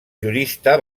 jurista